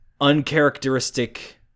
uncharacteristic